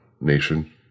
nation